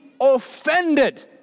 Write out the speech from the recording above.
offended